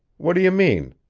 what do you mean?